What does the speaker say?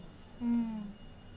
mm